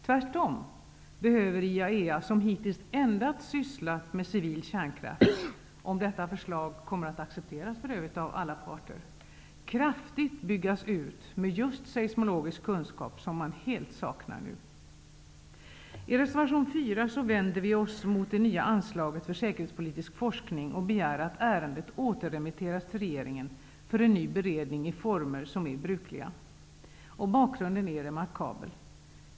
Tvärtom behöver IAEA som hittills endast sysslat med civil kärnkraft -- om detta förslag accepteras av alla parter -- kraftigt byggas ut med just seismologisk kunskap, som man helt saknar nu. I reservation 4 vänder vi oss mot det nya anslaget för säkerhetspolitisk forskning och begär att ärendet återremitteras till regeringen för en ny beredning i former som är brukliga. Bakgrunden är remarkabel.